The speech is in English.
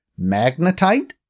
Magnetite